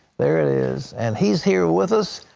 there it is. and he is here with us.